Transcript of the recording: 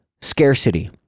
scarcity